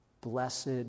Blessed